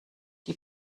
die